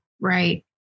Right